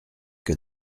que